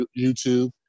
YouTube